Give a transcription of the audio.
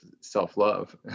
self-love